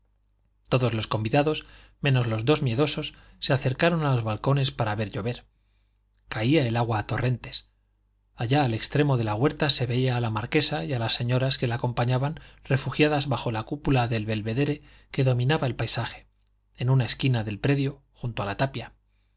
todos los convidados menos los dos miedosos se acercaron a los balcones para ver llover caía el agua a torrentes allá al extremo de la huerta se veía a la marquesa y a las señoras que la acompañaban refugiadas bajo la cúpula del belvedere que dominaba el paisaje en una esquina del predio junto a la tapia